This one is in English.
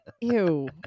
ew